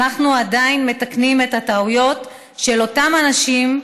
אנחנו עדיין מתקנים את הטעויות של אותם אנשים,